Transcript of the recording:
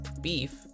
Beef